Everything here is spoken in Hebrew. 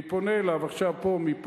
אני פונה אליו מפה,